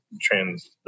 trans